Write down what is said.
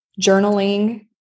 journaling